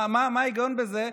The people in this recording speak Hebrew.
מה ההיגיון בזה,